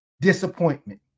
disappointment